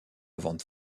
vente